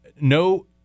no